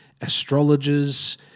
astrologers